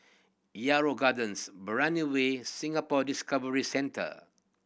Yarrow Gardens Brani Way Singapore Discovery Centre